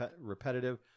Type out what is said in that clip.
repetitive